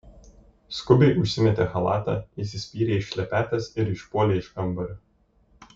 skubiai užsimetė chalatą įsispyrė į šlepetes ir išpuolė iš kambario